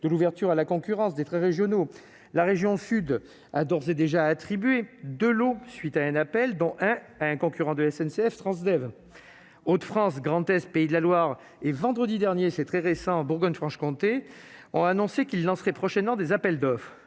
de l'ouverture à la concurrence des trains régionaux, la région sud a d'ores et déjà. De l'aube, suite à un appel dont un à un concurrent de la SNCF, Transdev Hauts-de-France Grand-Est, Pays de la Loire et vendredi dernier, c'est très récent en Bourgogne Franche-Comté on a annoncé qu'il lancerait prochainement des appels d'offres